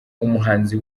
umuhanzi